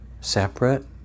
separate